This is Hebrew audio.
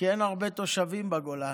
כי אין הרבה תושבים בגולן,